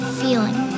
feeling